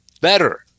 better